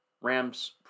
Rams